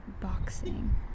boxing